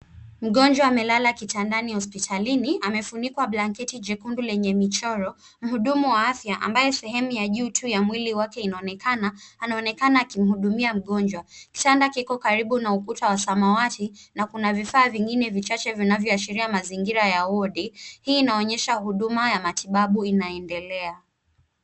Mgonjwa amelala kitandani hospitalini, amefunikwa blanketi jekundu lenye michoro, mhudumu wa afya ambaye sehemu ya juu tu ya mwili wake inaonekana anaonekana akimhudumia mgonjwa. Kitanda kiko karibu na ukuta wa samawati na kuna vifaa vingine vichache vinavyoashiria mazingira ya wodi. Hii inaonyesha huduma ya matibabu inaendelea.